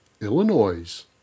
Illinois